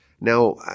Now